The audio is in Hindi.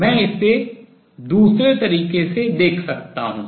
मैं इसे दूसरे तरीके से देख सकता हूँ